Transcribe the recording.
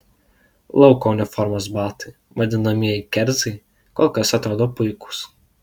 lauko uniformos batai vadinamieji kerzai kol kas atrodo puikūs